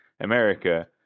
America